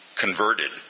converted